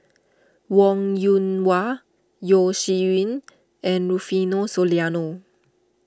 Wong Yoon Wah Yeo Shih Yun and Rufino Soliano